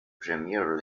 premier